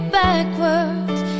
backwards